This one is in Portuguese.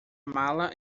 mala